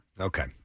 Okay